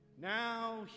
now